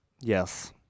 Yes